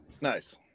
Nice